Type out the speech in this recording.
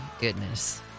goodness